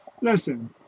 listen